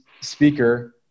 speaker